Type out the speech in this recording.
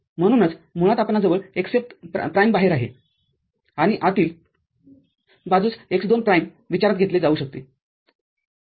म्हणूनच मुळात आपणाजवळ x १ प्राईम बाहेर आहे आणि आतील बाजूस x २ प्राईम विचारात घेतले जाते